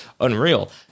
unreal